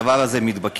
הדבר הזה מתבקש,